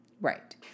Right